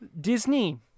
Disney